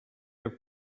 your